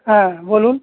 হ্যাঁ বলুন